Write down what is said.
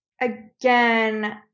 again